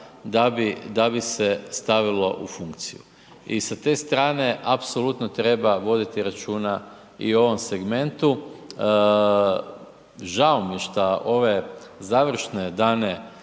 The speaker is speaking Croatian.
da bi se stavilo u funkciju. I sa te strane apsolutno treba voditi računa i o ovom segmentu. Žao mi je šta ove završne dane